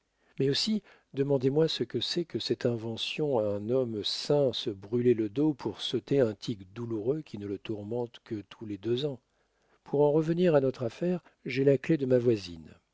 mais aussi demandez-moi ce que c'est que cette invention à un homme sain de se brûler le dos pour s'ôter un tic douloureux qui ne le tourmente que tous les deux ans pour en revenir à notre affaire j'ai la clef de ma voisine